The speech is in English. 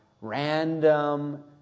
random